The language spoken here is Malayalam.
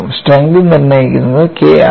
സ്ട്രെങ്ത് നിർണയിക്കുന്നത് K ആണ്